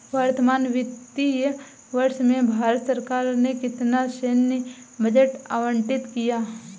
वर्तमान वित्तीय वर्ष में भारत सरकार ने कितना सैन्य बजट आवंटित किया?